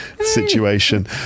situation